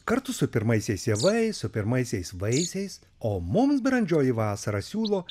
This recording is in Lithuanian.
kartu su pirmaisiais javais su pirmaisiais vaisiais o mums brandžioji vasara siūlo